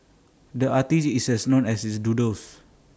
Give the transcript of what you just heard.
the artist is as known as his doodles